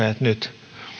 nyt